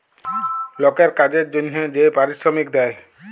লকের কাজের জনহে যে পারিশ্রমিক দেয়